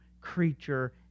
creature